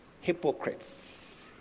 hypocrites